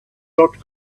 not